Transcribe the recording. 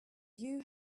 you